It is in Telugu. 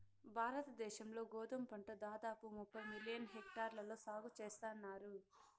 భారత దేశం లో గోధుమ పంట దాదాపు ముప్పై మిలియన్ హెక్టార్లలో సాగు చేస్తన్నారు